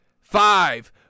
five